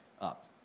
up